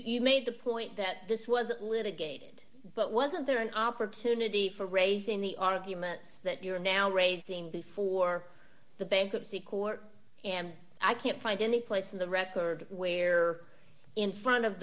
made the point that this wasn't litigated but wasn't there an opportunity for raising the arguments that you're now raising before the bankruptcy court and i can't find any place in the record where in front of